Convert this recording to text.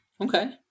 Okay